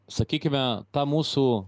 sakykime tą mūsų